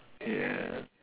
ya